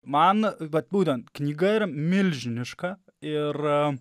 man vat būtent knyga yra milžiniška ir